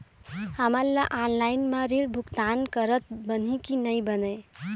हमन ला ऑनलाइन म ऋण भुगतान करत बनही की नई बने?